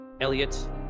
Elliot